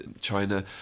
China